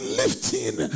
lifting